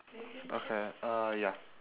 okay uh ya